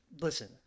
Listen